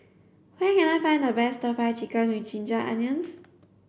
where can I find the best stir fry chicken with ginger onions